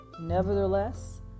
Nevertheless